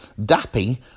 Dappy